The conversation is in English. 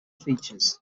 features